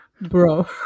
Bro